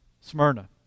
Smyrna